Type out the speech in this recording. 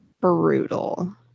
brutal